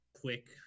quick